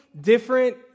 different